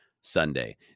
Sunday